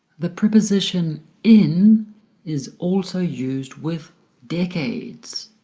the preposition in is also used with decades.